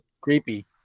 creepy